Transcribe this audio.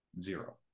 Zero